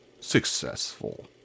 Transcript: Successful